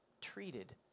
treated